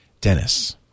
Dennis